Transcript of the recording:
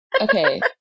okay